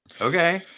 okay